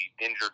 injured